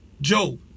Joe